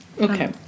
Okay